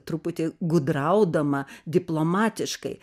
truputį gudraudama diplomatiškai